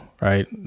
right